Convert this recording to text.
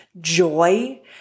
joy